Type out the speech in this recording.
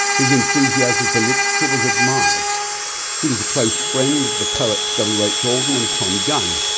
his enthusiasm for literature was admired he was a close friend of the poets w. h. auden and thom gunn.